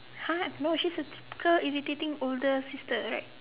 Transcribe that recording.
!huh! no she's a typical irritating older sister right